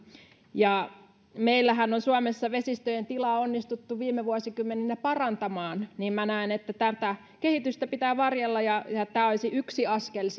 meillähän on suomessa vesistöjen tilaa onnistuttu viime vuosikymmeninä parantamaan ja näen että tätä kehitystä pitää varjella ja ja tämä olisi yksi askel